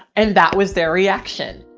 and that was their reaction.